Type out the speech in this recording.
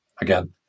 again